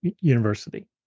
university